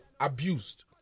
abused